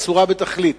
אסורה בתכלית.